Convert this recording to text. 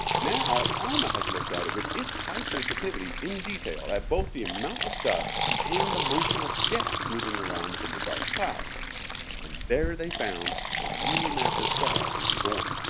now alma has looked at it with it's high sensitivity in detail at both the amount of dust and the motion of the gas moving around within the dark cloud and there they found a really massive star being born.